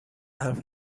حرف